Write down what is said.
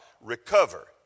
recover